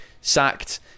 Sacked